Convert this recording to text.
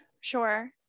sure